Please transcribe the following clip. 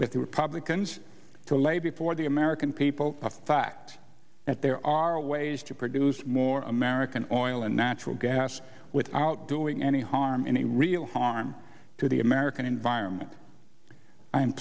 with the republicans to lay before the american people the fact that there are ways to produce more american oil and natural gas without doing any harm any real harm to the american environment